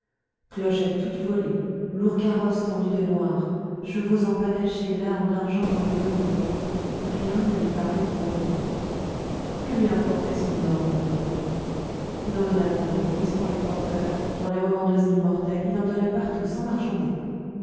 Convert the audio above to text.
cloches à toute volée lourds carrosses tendus de noir chevaux empanachés larmes d'argent dans le velours rien ne lui parut trop beau que lui importait son or maintenant il en donna pour l'église pour les porteurs pour les revendeuses d'immortelles il en donna partout sans marchander